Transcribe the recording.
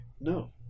no